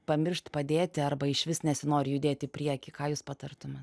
pamiršt padėti arba išvis nesinori judėti į priekį ką jūs patartumė